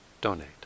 donate